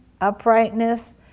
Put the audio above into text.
uprightness